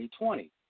2020